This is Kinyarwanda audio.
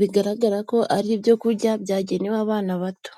bigaragara ko ari ibyo kurya byagenewe abana bato.